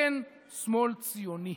אין שמאל ציוני,